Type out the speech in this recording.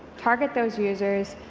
target those users,